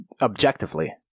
Objectively